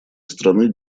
страны